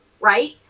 right